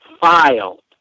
filed